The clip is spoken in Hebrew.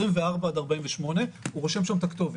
24 עד 48 שעות, הוא רושם שם את הכתובת.